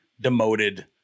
demoted